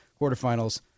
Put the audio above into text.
quarterfinals